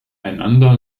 einander